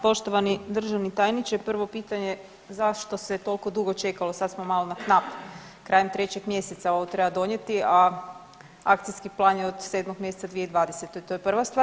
Poštovani državni tajniče, prvo pitanje zašto se tolko dugo čekalo, sad smo malo na knap, krajem 3. mjeseca ovo treba donijeti, a akcijski plan je od 7. mjeseca 2020., to je prva stvar.